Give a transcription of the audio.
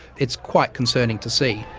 it's quite concerning to see.